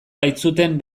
baitzuten